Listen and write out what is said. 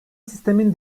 sistemin